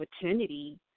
opportunity